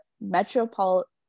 metropolitan